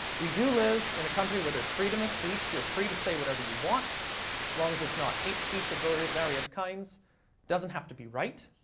we do live in a country where there's freedom of speech. you're free to say whatever you want, as long as it's not hate speech of various various kinds. it doesn't have to be right.